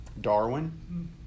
Darwin